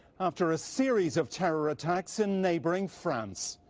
after a series of terror attacks in neighboring france.